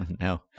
No